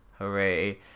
Hooray